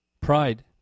pride